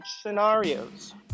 scenarios